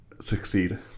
succeed